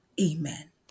amen